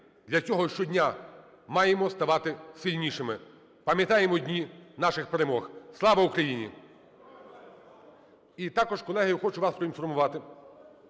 Для цього щодня маємо ставати сильнішими. Пам'ятаємо дні наших перемог. Слава Україні! І також, колеги, я хочу вас проінформувати,